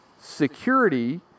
security